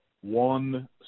one